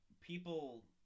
people